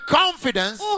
confidence